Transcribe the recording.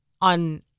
On